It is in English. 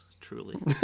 truly